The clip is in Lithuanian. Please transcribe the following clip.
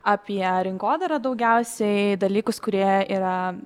apie rinkodarą daugiausiai dalykus kurie yra